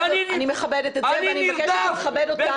אני מכבדת את זה ואני מבקשת שתכבד אותנו.